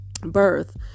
birth